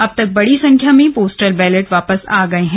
अब तक बड़ी संख्या में पोस्टल बैलेट वापस आ गये हैं